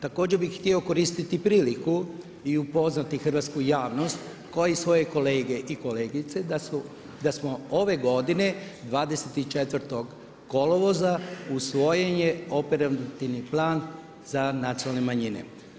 Također bi htio koristiti priliku i upoznati hrvatsku javnost, kao i svoje kolege i kolegice da smo ove godine, 24.kolovoza, usvojen je operativni plan za nacionalne manjine.